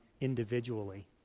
individually